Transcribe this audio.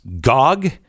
Gog